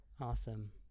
Awesome